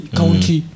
county